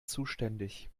zuständig